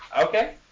Okay